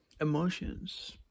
Emotions